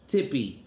Tippy